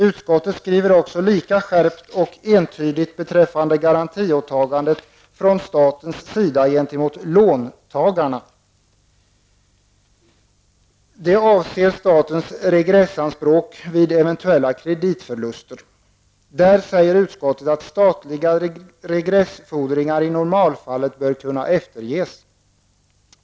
Utskottet skriver också lika skärpt och entydigt beträffande garantiåtagandena från statens sida gentemot låntagarna. Det avser statens regressanspråk vid eventuella kreditförluster. Där säger utskottet att statliga regressfordringar i normalfallet bör kunna efterges.